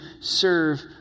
serve